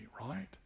right